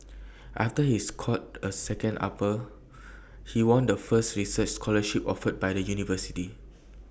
after he scored A second upper he won the first research scholarship offered by the university